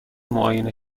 معاینه